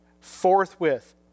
forthwith